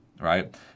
Right